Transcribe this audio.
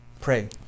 pray